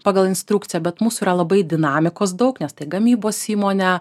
pagal instrukciją bet mūsų yra labai dinamikos daug nes tai gamybos įmonė